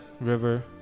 river